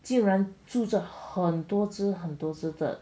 竟然住着很多只很多的